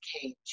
cage